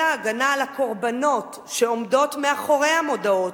אלא בהגנה על הקורבנות שעומדים מאחורי המודעות,